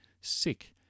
sick